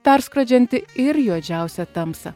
perskrodžianti ir juodžiausią tamsą